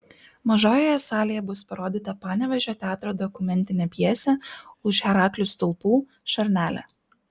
mažojoje salėje bus parodyta panevėžio teatro dokumentinė pjesė už heraklio stulpų šarnelė